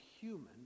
human